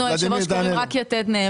אנחנו, היושב-ראש, קוראים רק יתד נאמן.